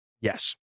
Yes